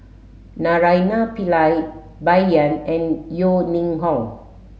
Naraina Pillai Bai Yan and Yeo Ning Hong